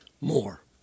more